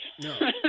No